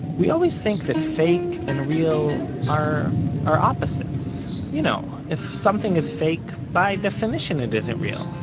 we always think that fake and real are are opposites. you know, if something is fake, by definition it isn't real,